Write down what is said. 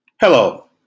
Hello